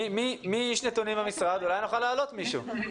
מי איש הנתונים במשרד, דוד